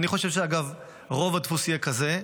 אני חושב, אגב, שרוב הדפוס יהיה כזה.